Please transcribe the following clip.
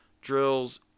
drills